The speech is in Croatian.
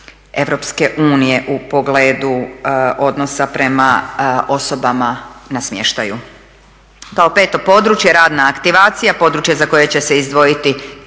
standard EU u pogledu odnosa prema osobama na smještaju. Kao peto područje, radna aktivacija, područje za koje će se izdvojiti